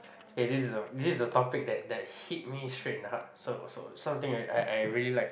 K this is the this is the topic that that hit me straight in heart so so something I I I really like